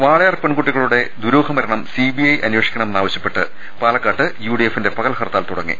വാളയാർ പെൺകൂട്ടികളുടെ ദുരൂഹ മരണം സിബിഐ അന്വേ ഷിക്കണമെന്നാവശ്യപ്പെട്ട് പാലക്കാട്ട് യുഡിഎഫിന്റെ പകൽ ഹർത്താൽ തുടങ്ങി